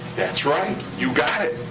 that's right. you got it.